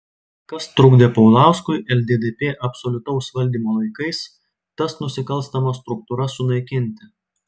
kas trukdė paulauskui lddp absoliutaus valdymo laikais tas nusikalstamas struktūras sunaikinti